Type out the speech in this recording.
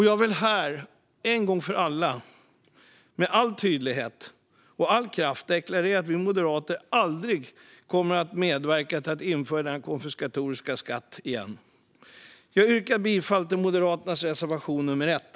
Jag vill här en gång för alla med all tydlighet och kraft deklarera att vi moderater aldrig kommer att medverka till att införa denna konfiskatoriska skatt igen. Jag yrkar bifall till Moderaternas reservation nummer 1.